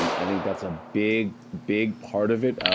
and i think that's a big, big part of it. ah